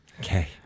Okay